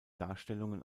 darstellungen